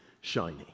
shiny